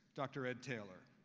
dr. ed taylor.